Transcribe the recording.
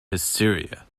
hysteria